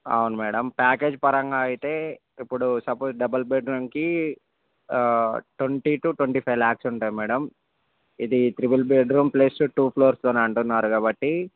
అవును madam package పరంగా అయితే ఇప్పుడు సపోస్ డబల్ బెడ్రూమ్కి twenty two twenty five lakhs ఉంటుంది మేడం ఇది triple bedroom plus two floors అని అంటున్నారు కాబట్టి